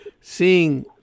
seeing